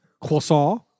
croissant